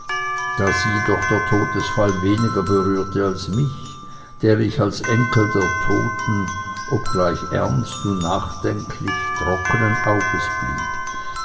da sie doch der todesfall weniger berührte als mich der ich als enkel der toten obgleich ernst und nachdenklich trockenen auges blieb